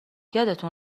یادتون